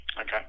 Okay